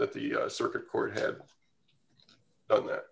at the circuit court had done that